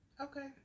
Okay